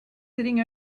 sitting